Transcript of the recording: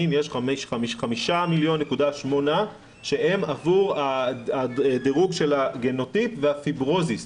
יש 5.8 מיליון שהם עבור הדירוג של הגנוטיפ והפיברוזיס.